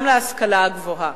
גם להשכלה הגבוהה.